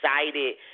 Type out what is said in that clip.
excited